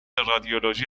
رادیولوژی